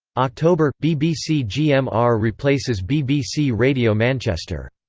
october bbc gmr replaces bbc radio manchester.